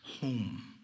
home